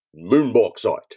Moonboxite